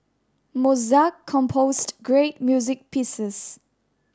Mozart composed great music pieces